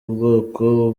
ubwoko